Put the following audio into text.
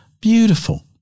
Beautiful